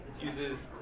uses